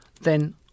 Then